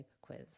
quiz